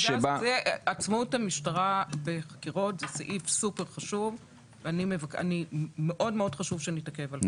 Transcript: עצמאות המשטרה בחקירות זה סעיף סופר-חשוב ומאוד-מאוד חשוב שנתעכב על זה.